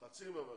חצי המענק.